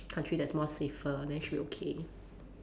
country that's more safer then should be okay